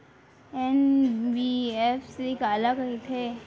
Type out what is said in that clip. NBFC काला कहिथे?